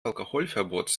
alkoholverbots